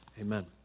amen